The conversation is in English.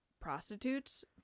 prostitutes